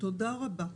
תודה רבה.